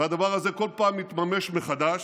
והדבר הזה כל פעם מתממש מחדש.